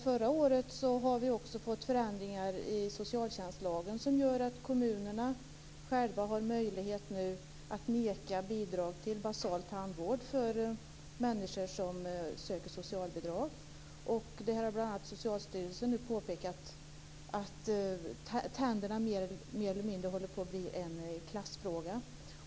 Förra året skedde förändringar i socialtjänstlagen, som gör att kommunerna har möjlighet att neka bidrag till basal tandvård för människor som söker socialbidrag. Socialstyrelsen har påpekat att tandstatus håller på att bli en klassfråga.